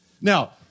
Now